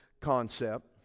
concept